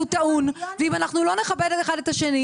לא לצעוק יותר במיקרופון בלי רשות,